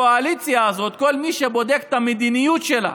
הקואליציה הזאת, כל מי שבודק את המדיניות שלה,